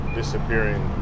disappearing